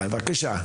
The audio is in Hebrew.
בבקשה.